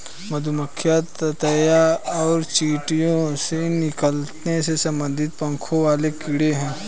मधुमक्खियां ततैया और चींटियों से निकटता से संबंधित पंखों वाले कीड़े हैं